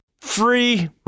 free